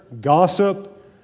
gossip